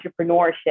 entrepreneurship